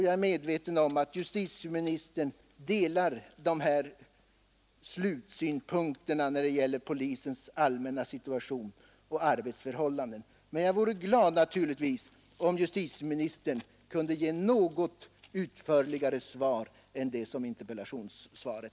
Jag är medveten om att justitieministern delar dessa mina synpunkter, men jag vore ändå glad om justitieministern kunde ge ett något utförligare svar än han gjorde i interpellationssvaret.